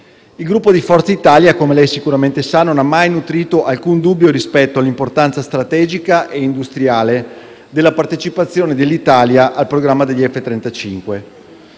Il Gruppo Forza Italia, come lei sicuramente sa, non ha mai nutrito alcun dubbio rispetto all'importanza strategica e industriale della partecipazione dell'Italia al programma degli F-35.